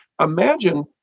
Imagine